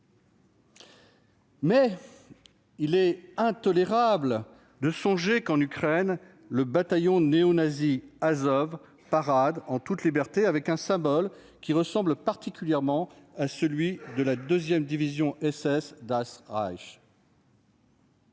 ... Il est intolérable de songer qu'en Ukraine le bataillon néonazi Azov parade en toute liberté avec un symbole qui ressemble particulièrement à celui de la deuxième division SS. La